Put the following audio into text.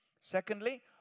Secondly